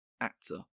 actor